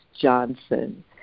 Johnson